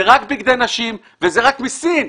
זה רק בגדי נשים וזה רק מסין.